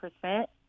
percent